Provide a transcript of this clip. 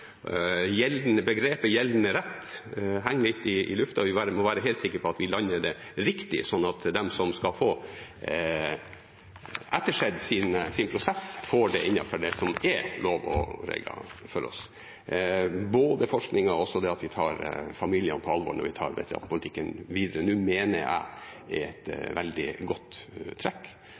Gjeldende begrep og gjeldende rett henger litt i lufta. Vi må være helt sikre på at vi lander det riktig, sånn at de som skal få ettersett sin prosess, får det innenfor det som er lov og regler for oss. Både forskningen og det at vi tar familiene på alvor når vi nå tar veteranpolitikken videre, mener jeg er et veldig godt trekk,